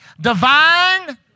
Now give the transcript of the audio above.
divine